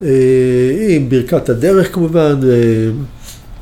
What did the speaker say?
‫עם ברכת הדרך, כמובן.